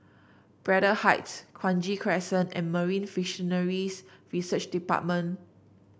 Braddell Heights Kranji Crescent and Marine Fisheries Research Department